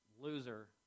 loser